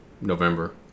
November